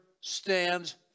stands